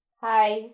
Hi